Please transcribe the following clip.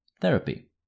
therapy